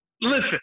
Listen